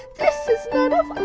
this is none of